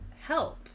help